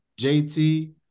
JT